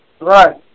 Right